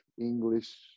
English